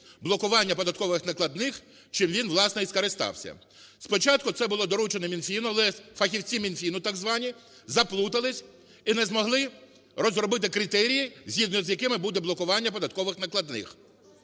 блокування податкових накладних, чим він, власне, і скористався! Спочатку це було доручено Мінфіну. Але фахівці Мінфіну, так звані, заплутались і не змогли розробити критерії, згідно з якими буде блокування податкових накладних.